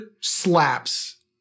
slaps